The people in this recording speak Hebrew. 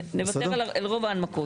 נוותר על רוב ההנמקות.